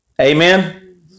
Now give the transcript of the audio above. Amen